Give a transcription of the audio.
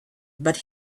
but